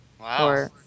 Wow